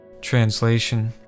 translation